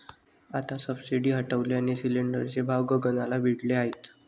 आता सबसिडी हटवल्याने सिलिंडरचे भाव गगनाला भिडले आहेत